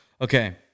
Okay